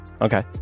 Okay